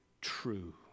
true